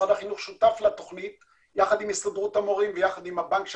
משרד החינוך שותף לתכנית יחד עם הסתדרות המורים ויחד עם בנק מסד,